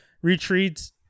Retreats